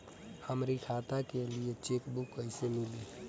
हमरी खाता के लिए चेकबुक कईसे मिली?